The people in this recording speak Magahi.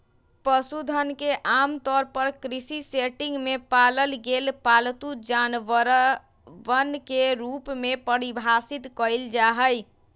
पशुधन के आमतौर पर कृषि सेटिंग में पालल गेल पालतू जानवरवन के रूप में परिभाषित कइल जाहई